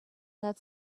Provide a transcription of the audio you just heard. that